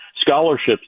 scholarships